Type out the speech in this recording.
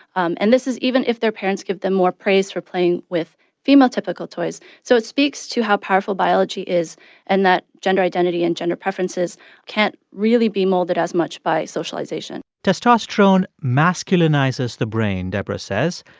um and this is even if their parents give them more praise for playing with female-typical toys. so it speaks to how powerful biology is and that gender identity and gender preferences can't really be molded as much by socialization testosterone masculinizes the brain, debra says.